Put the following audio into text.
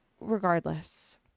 regardless